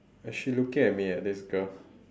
she looking at me eh this girl